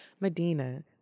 Medina